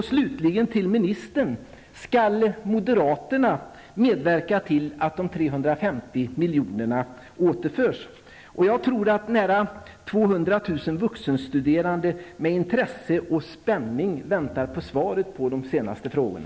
Slutligen frågar jag ministern: Skall moderaterna medverka till att de 350 miljonerna återförs? Jag tror att närmare 200 000 vuxenstuderande med intresse och spänning väntar på svar på de sista frågorna.